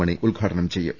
മണി ഉദ്ഘാടനം ചെയ്യും